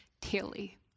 daily